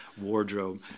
wardrobe